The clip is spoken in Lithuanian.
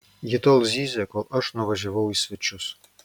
ji tol zyzė kol aš nuvažiavau į svečius